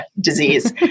disease